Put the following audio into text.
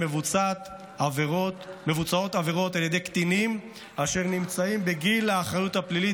מבוצעות עבירות על ידי קטינים אשר נמצאים בגיל האחריות הפלילית,